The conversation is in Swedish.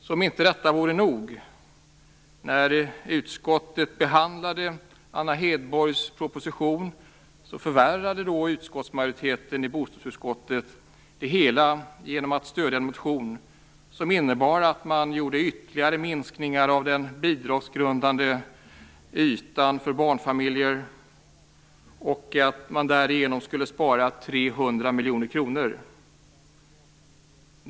Som om inte detta vore nog: När utskottet behandlade Anna Hedborgs proposition, förvärrade utskottsmajoriteten i bostadsutskottet det hela genom att stödja en motion som innebar en ytterligare minskning av den bidragsgrundande ytan för barnfamiljer. Därigenom skulle 300 miljoner kronor sparas.